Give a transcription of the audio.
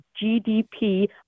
GDP